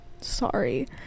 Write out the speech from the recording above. sorry